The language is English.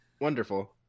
Wonderful